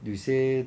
you say